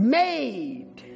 made